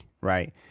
right